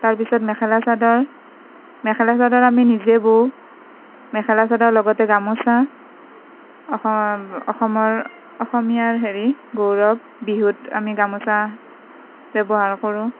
তাৰ পিছত মেখেলা চাদৰ মেখেলা চাদৰ আমি নিজে বওঁ মেখেলা চাদৰ লগতে গামোচা অসমৰ অসমীয়াৰ হেৰি গৌৰৱ বিহুত আমি গামোচা ব্যৱহাৰ কৰোঁ